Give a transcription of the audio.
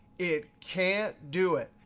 it can't do it.